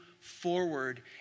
forward